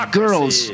girls